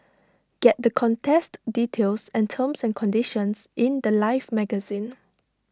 get the contest details and terms and conditions in The Life magazine